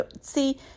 see